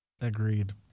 Agreed